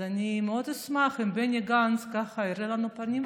אז אני מאוד אשמח אם בני גנץ יראה לנו את הפנים שלו,